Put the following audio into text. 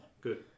good